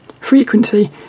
frequency